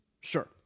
Sure